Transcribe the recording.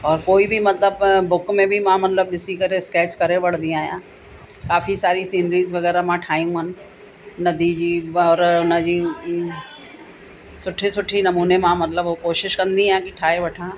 और कोई बि मतिलबु बुक में बि मां मतिलबु ॾिसी करे स्कैच करे वठंदी आहियां काफ़ी सारी सिनरीज़ वग़ैरह मां ठाहियूं आहिनि नदी जी और उन जी सुठे सुठी नमूने मां मतिलबु उहो कोशिशि कंदी आहे की ठाहे वठां